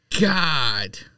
God